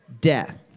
death